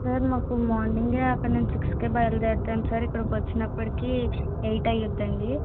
sir మాకు మార్నింగే అక్కడ మేము సిక్స్కే బయలుదేరుతాను సార్ ఇక్కడికి వచ్చినప్పటికీ ఎయిట్ అవ్వుద్దండి